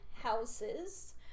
houses